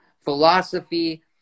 philosophy